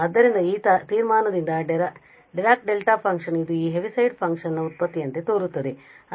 ಆದ್ದರಿಂದ ಈ ತೀರ್ಮಾನದಿಂದ ಡೈರಾಕ್ ಡೆಲ್ಟಾ ಫಂಕ್ಷನ್ ಇದು ಈ ಹೆವಿಸೈಡ್ ಫಂಕ್ಷನ್ ನ ವ್ಯುತ್ಪತ್ತಿಯಂತೆ ತೋರುತ್ತದೆ